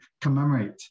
commemorate